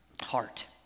heart